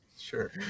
Sure